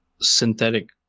synthetic